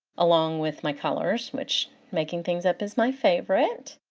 along with my colors, which making things up is my favorite!